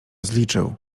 zliczył